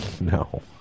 No